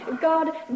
god